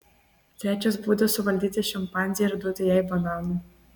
trečias būdas suvaldyti šimpanzę yra duoti jai bananų